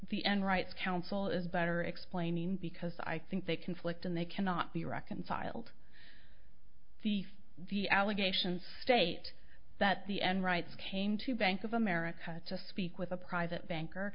the end rights council is better explaining because i think they conflict and they cannot be reconciled thief the allegations state that the n writes came to bank of america to speak with a private bank